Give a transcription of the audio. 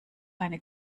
eine